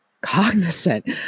cognizant